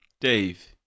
Dave